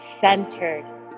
centered